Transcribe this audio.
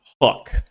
hook